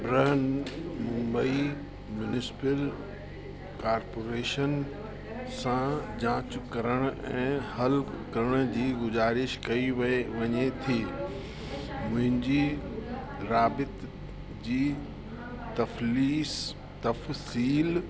ब्रन Mumbai municipal corporation सां जांच करणु ऐं हल करण जी गुज़ारिश कई वई वञे थी मुंहिंजी राबित जी तफलीस तफ़सील